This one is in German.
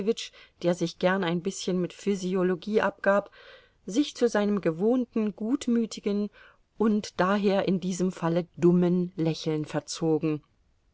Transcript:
ein bißchen mit physiologie abgab sich zu seinem gewohnten gutmütigen und daher in diesem falle dummen lächeln verzogen